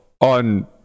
on